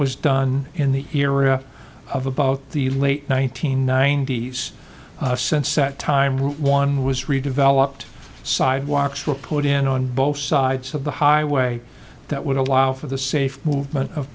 was done in the era of about the late one nine hundred ninety s since that time route one was redeveloped sidewalks were put in on both sides of the highway that would allow for the safe movement of